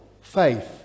faith